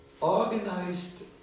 organized